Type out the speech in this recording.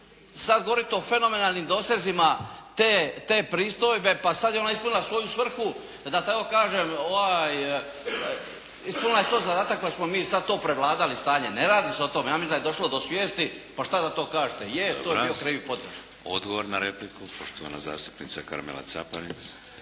sada govoriti o fenomenalnim dosezima te pristojbe pa sada je ona ispunila svoju svrhu, da tako kažem ispunila je svoj zadatak pa smo mi sada to prevladali stanje. Ne radi se o tome, ja mislim da je došlo do svijesti, pa šta da to kažete, je to je bio krivi potez. **Šeks, Vladimir (HDZ)** Hvala. Odgovor na repliku, poštovana zastupnica Karmela Caparin.